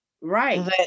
right